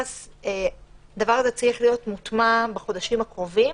הדבר הזה צריך להיות מוטמע בחודשים הקרובים.